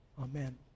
Amen